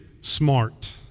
smart